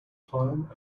climb